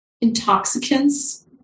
intoxicants